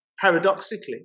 paradoxically